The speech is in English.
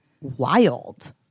wild